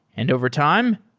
and overtime,